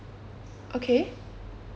okay